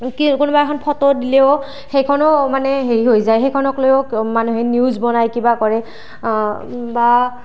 কি কোনোবা এখন ফটো দিলেও সেইখনো মানে হেৰি হৈ যায় সেইখনকলৈও মানুহে নিউজ বনাই কিবা কৰে বা